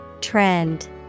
Trend